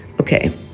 Okay